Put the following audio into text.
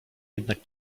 jednak